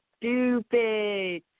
stupid